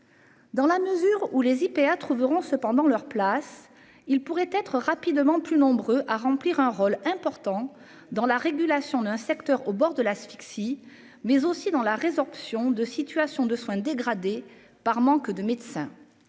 Dans la mesure où les IPA trouveront cependant leur place, ils pourraient être rapidement plus nombreux à remplir un rôle important dans la régulation d'un secteur au bord de l'asphyxie, mais aussi dans la résorption de situation de soins dégradé par manque de médecins.